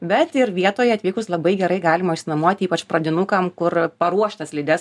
bet ir vietoj atvykus labai gerai galima išsinuomuoti ypač pradinukam kur paruoštas slides